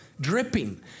dripping